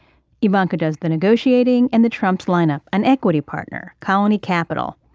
ivanka does the negotiating. and the trumps lineup an equity partner, colony capital.